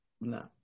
No